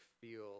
feel